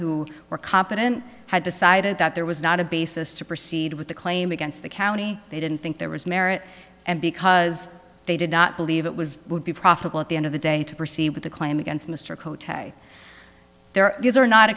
who were competent had decided that there was not a basis to proceed with the claim against the county they didn't think there was merit and because they did not believe it was would be profitable at the end of the day to proceed with the claim against mr cote there are not